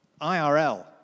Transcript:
IRL